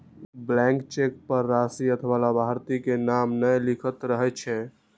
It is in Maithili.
ब्लैंक चेक पर राशि अथवा लाभार्थी के नाम नै लिखल रहै छै